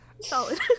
Solid